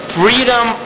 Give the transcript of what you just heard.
freedom